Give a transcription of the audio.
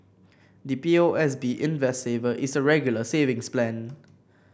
the P O S B Invest Saver is a Regular Savings Plan